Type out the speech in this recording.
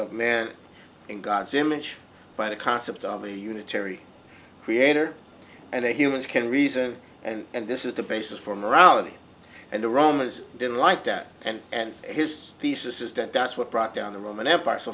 of man in god's image by the concept of a unitary creator and humans can reason and this is the basis for morality and the romans didn't like that and and his thesis is that that's what brought down the roman empire so